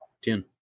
Ten